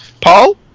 Paul